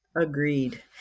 Agreed